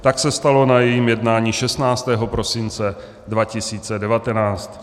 Tak se stalo na jejím jednání 16. prosince 2019.